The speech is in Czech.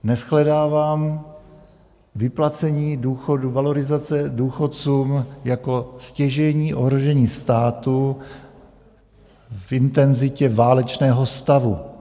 Já neshledávám vyplacení valorizace důchodcům jako stěžejní ohrožení státu v intenzitě válečného stavu.